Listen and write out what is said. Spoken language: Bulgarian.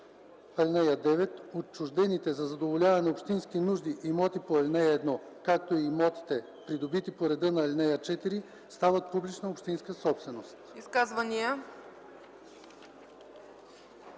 плана. (9) Отчуждените за задоволяване на общински нужди имоти по ал. 1, както и имотите, придобити по реда на ал. 4, стават публична общинска собственост.”